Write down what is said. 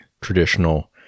traditional